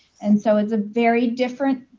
and so it's a very different,